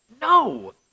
No